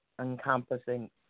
encompassing